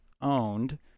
owned